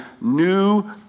new